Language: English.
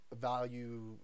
value